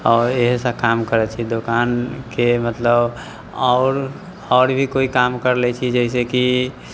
आओर इहेसँ काम करैत छियै दोकानके मतलब आओर आओर भी कोइ काम कर लै छी जइसे कि